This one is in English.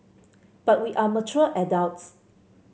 but we are mature adults